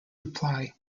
reply